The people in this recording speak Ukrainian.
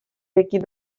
яких